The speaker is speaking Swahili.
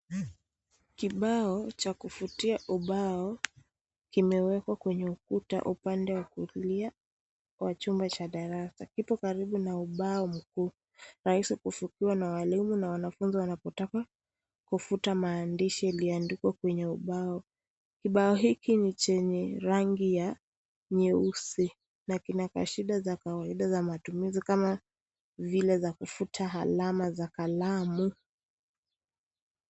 Kibao cha kufutia ubao kimewekwa kwenye ukuta upande wa kulia kwa chumba cha darasa. Kipo karibu na ubao mkuu rahisi kufikiwa na walimu na wanafunzi wanapotaka kufuta maandishi iliyoandikwa kwenye ubao. Kibao hiki ni chenye rangi ya nyeusi na kina kashida za kawaida za matumizi kama vile za kufuta alama za kalamu.